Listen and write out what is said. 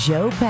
Joe